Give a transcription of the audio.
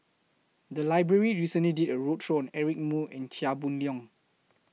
The Library recently did A roadshow Eric Moo and Chia Boon Leong